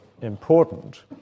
important